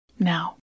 Now